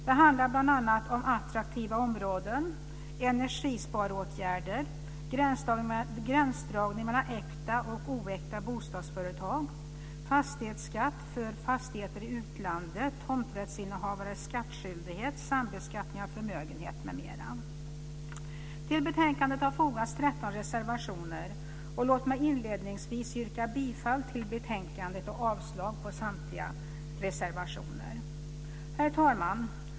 Det handlar bl.a. om attraktiva områden, energisparåtgärder, gränsdragning mellan äkta och oäkta bostadsföretag, fastighetsskatt för fastigheter i utlandet, tomträttsinnehavares skattskyldighet och sambeskattning av förmögenhet m.m. Till betänkandet har fogats 13 reservationer. Låt mig inledningsvis yrka bifall till betänkandet och avslag på samtliga reservationer. Herr talman!